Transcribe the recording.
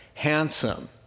handsome